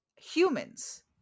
humans